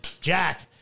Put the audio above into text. Jack